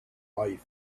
life